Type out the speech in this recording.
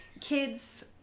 kids